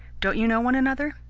don't you know one another?